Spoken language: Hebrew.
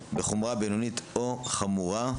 בחומרה בינונית או חמורה,